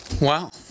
Wow